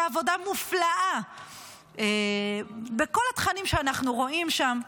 עבודה מופלאה בכל התכנים שאנחנו רואים שם,